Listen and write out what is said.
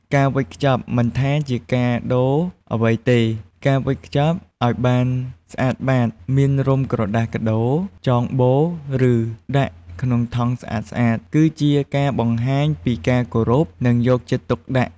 ការវេចខ្ចប់ មិនថាជាកាដូអ្វីទេ ការវេចខ្ចប់ឲ្យបានស្អាតបាត មានរុំក្រដាសកាដូ ចងបូ ឬដាក់ក្នុងថង់ស្អាតៗ គឺជាការបង្ហាញពីការគោរព និងយកចិត្តទុកដាក់។